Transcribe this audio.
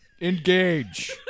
Engage